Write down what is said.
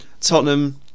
Tottenham